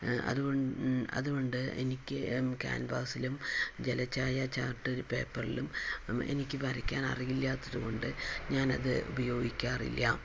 അതുകൊണ്ട് അതുകൊണ്ട് എനിക്ക് ക്യാൻവാസിലും ജലഛായ ചാർട്ട് പേപ്പറിലും എനിക്ക് വരയ്ക്കാൻ അറിയില്ലാത്തത് കൊണ്ട് ഞാനത് ഉപയോഗിക്കാറില്ല